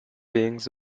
beings